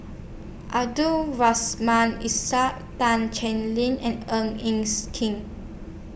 and